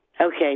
Okay